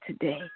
today